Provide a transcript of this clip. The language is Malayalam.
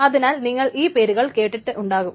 അതിനാൽ നിങ്ങൾ ഈ പേരുകൾ കേട്ടിട്ട് ഉണ്ടാകും